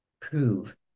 Prove